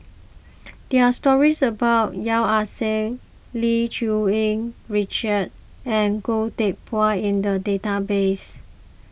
there are stories about Yeo Ah Seng Lim Cherng Yih Richard and Goh Teck Phuan in the database